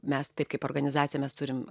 mes taip kaip organizacija mes turim